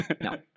No